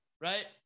right